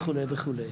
וכו'.